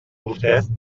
vostès